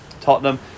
Tottenham